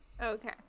Okay